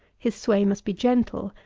his sway must be gentle,